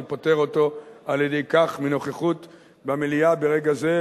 אני פוטר אותו על-ידי כך מנוכחות במליאה ברגע זה,